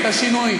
את השינוי,